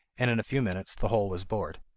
and in a few minutes the hole was bored.